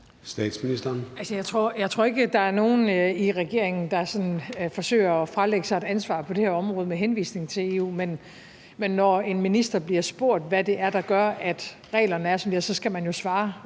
Frederiksen): Jeg tror ikke, der er nogen i regeringen, der sådan forsøger at fralægge sig et ansvar på det her område med henvisning til EU, men når en minister bliver spurgt, hvad det er, der gør, at reglerne er, som de er, så skal vedkommende